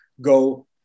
go